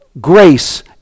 grace